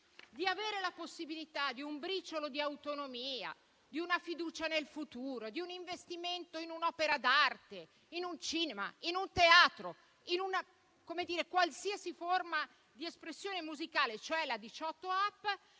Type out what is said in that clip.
di avere la possibilità di un briciolo di autonomia, di avere fiducia nel futuro, di fare un investimento in un'opera d'arte, in un cinema, in un teatro, in una qualsiasi forma di espressione musicale, cioè la 18app